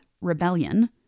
rebellion